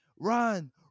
Run